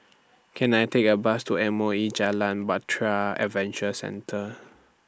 Can I Take A Bus to M O E Jalan Bahtera Adventure Centre